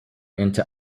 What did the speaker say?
into